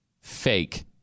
Fake